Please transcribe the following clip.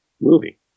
movie